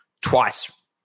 twice